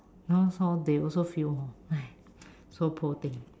now they also feel hor !hais! so poor thing